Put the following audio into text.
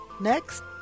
Next